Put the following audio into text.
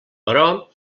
però